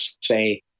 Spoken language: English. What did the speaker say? say